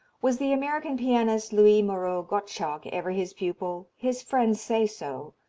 was the american pianist, louis moreau gottschalk, ever his pupil? his friends say so,